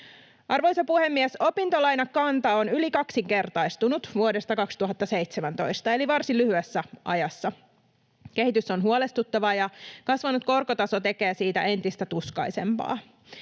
Arvoisa puhemies! Opintolainakanta on yli kaksinkertaistunut vuodesta 2017 eli varsin lyhyessä ajassa. Kehitys on huolestuttava, ja kasvanut korkotaso tekee siitä entistä tuskaisempaa.